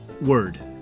word